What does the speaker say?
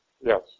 Yes